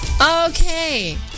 Okay